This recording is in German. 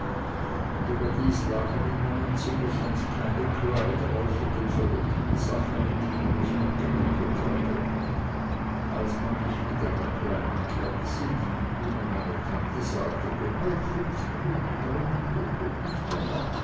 überdies lagen in meinem zimmer sonst keine kleider außer den verrückten sachen in die man mich eingewickelt hatte als man mich mit einer kleinen kerze die wie mir meine tante sagte genau fünf minuten brennen würde und nicht länger